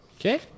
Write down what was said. Okay